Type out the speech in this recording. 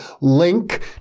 link